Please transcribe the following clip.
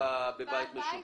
לפיה בכל המנגנונים שהחוק